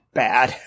bad